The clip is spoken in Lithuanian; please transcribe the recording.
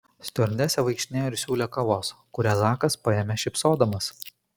stiuardesė vaikštinėjo ir siūlė kavos kurią zakas paėmė šypsodamas